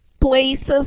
places